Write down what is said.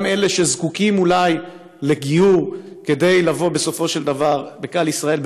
גם אלה שזקוקים אולי לגיור כדי לבוא בסופו של דבר בקהל ישראל,